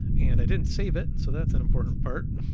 and i didn't save it. so that's an important part,